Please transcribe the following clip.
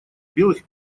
белых